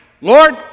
Lord